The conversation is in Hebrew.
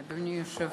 אדוני היושב-ראש,